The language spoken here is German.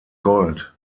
gold